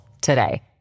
today